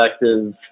perspective